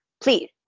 Please